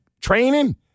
training